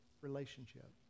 relationship